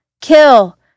Kill